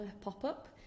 pop-up